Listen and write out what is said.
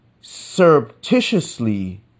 surreptitiously